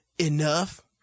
enough